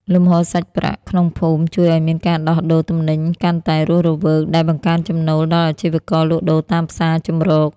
លំហូរសាច់ប្រាក់ក្នុងភូមិជួយឱ្យមានការដោះដូរទំនិញកាន់តែរស់រវើក ដែលបង្កើនចំណូលដល់អាជីវករលក់ដូរតាមផ្សារជម្រក។